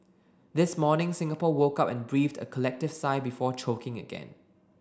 this morning Singapore woke up and breathed a collective sigh before choking again